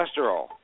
cholesterol